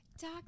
doc